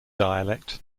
dialect